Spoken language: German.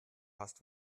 hast